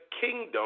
kingdom